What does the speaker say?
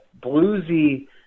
bluesy